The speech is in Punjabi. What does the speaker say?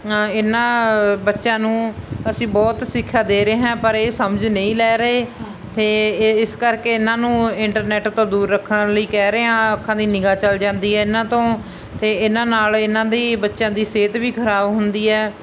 ਇਹਨਾਂ ਬੱਚਿਆਂ ਨੂੰ ਅਸੀਂ ਬਹੁਤ ਸਿੱਖਿਆ ਦੇ ਰਹੇ ਹਾਂ ਪਰ ਇਹ ਸਮਝ ਨਹੀਂ ਲੈ ਰਹੇ ਅਤੇ ਇ ਇਸ ਕਰਕੇ ਇਹਨਾਂ ਨੂੰ ਇੰਟਰਨੈਟ ਤੋਂ ਦੂਰ ਰੱਖਣ ਲਈ ਕਹਿ ਰਹੇ ਹਾਂ ਅੱਖਾਂ ਦੀ ਨਿਗਾਹ ਚਲੀ ਜਾਂਦੀ ਹੈ ਇਹਨਾਂ ਤੋਂ ਅਤੇ ਇਹਨਾਂ ਨਾਲ ਇਹਨਾਂ ਦੀ ਬੱਚਿਆਂ ਦੀ ਸਿਹਤ ਵੀ ਖਰਾਬ ਹੁੰਦੀ ਹੈ